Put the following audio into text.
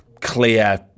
Clear